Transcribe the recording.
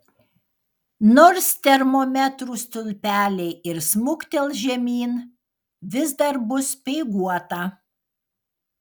nors termometrų stulpeliai ir smuktels žemyn vis dar bus speiguota